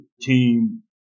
team